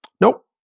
Nope